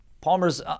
Palmer's